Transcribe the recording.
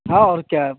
हाँ और क्या